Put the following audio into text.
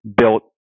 built